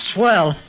Swell